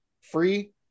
free